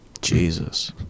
Jesus